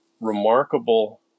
remarkable